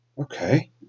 Okay